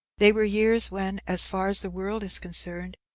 they were years when, as far as the world is concerned,